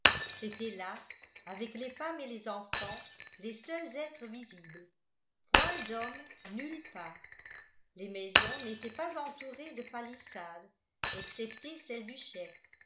c'étaient là avec les femmes et les enfants les seuls êtres visibles point d'hommes nulle part les maisons n'étaient pas entourées de palissades excepté celle du chef